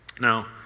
Now